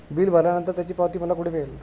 Bill भरल्यानंतर त्याची पावती मला कुठे मिळेल?